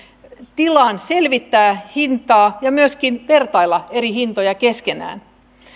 tilan selvittää hintaa ja myöskin vertailla eri hintoja keskenään